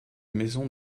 maison